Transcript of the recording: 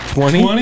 Twenty